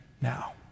now